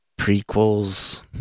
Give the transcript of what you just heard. prequels